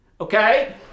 okay